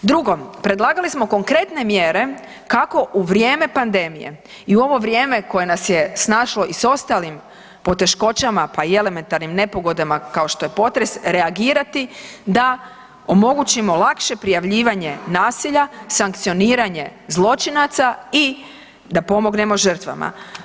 Drugo, predlagali smo konkretne mjere kako u vrijeme pandemije i ovo vrijeme koje nas je snašlo i s ostalim poteškoćama, pa i elementarnim nepogodama kao što je potres, reagirati, da omogućimo lakše prijavljivanje nasilja, sankcioniranje zločinaca i da pomognemo žrtvama.